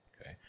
Okay